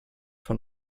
von